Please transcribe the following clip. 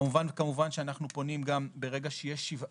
כמובן שאנחנו פונים גם ברגע שיש שבעה.